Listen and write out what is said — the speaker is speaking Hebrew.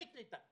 וכן נקלטה.